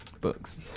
Books